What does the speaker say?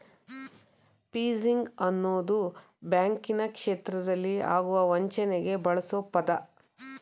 fishing ಅನ್ನೋದು ಬ್ಯಾಂಕಿನ ಕ್ಷೇತ್ರದಲ್ಲಿ ಆಗುವ ವಂಚನೆಗೆ ಬಳ್ಸೊ ಪದ